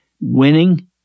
winning